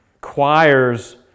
choirs